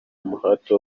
umuhate